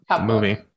movie